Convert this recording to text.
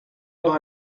los